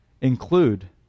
include